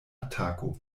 atako